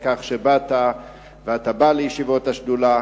על כך שבאת ואתה בא לישיבות השדולה.